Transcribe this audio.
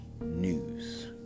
News